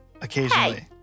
occasionally